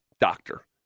doctor